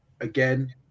again